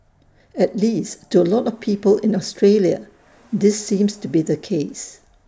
at least to A lot of people in Australia this seems to be the case